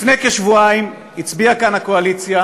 לפני כשבועיים הצביעה כאן הקואליציה